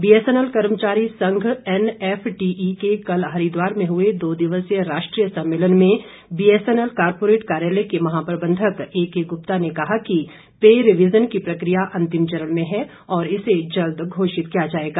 BSNL कर्मचारी संघ NFTE के कल हरिद्वार में हुए दो दिवसीय राष्ट्रीय सम्मेलन में बीएसएनएल कार्पोरेट कार्यालय के महाप्रबंधक एकेगुप्ता ने कहा कि पे रिवीज़न की प्रक्रिया अंतिम चरण में है और इसे जल्द घोषित किया जाएगा